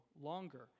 longer